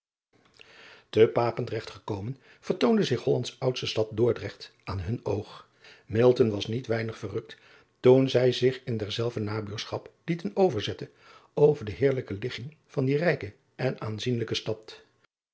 e apendrecht gekomen vertoonde zich ollands oudste stad ordrecht aan hun oog was niet weinig verrukt toen zij zich in derzelver nabuurschap lieten overzetten over de heerlijke ligging van die rijke en aanzienlijke stad